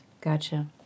Gotcha